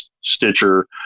stitcher